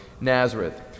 Nazareth